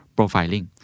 profiling